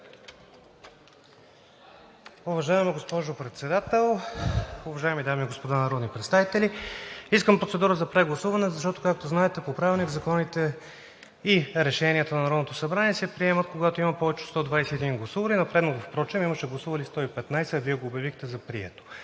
Уважаема госпожо Председател, уважаеми дами и господа народни представители! Искам процедура за прегласуване, защото, както знаете по Правилник, законите и решенията на Народното събрание се приемат, когато има повече от 121 гласували. На предното впрочем имаше гласували 115, а Вие го обявихте за прието.